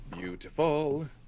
Beautiful